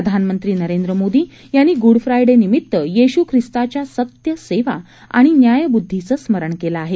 प्रधानमंत्री नरेंद्र मोदी यांनी Good Friday निमित येशू खिस्ताच्या सत्य सेवा आणि न्यायब्दधीचं स्मरण केलं आहे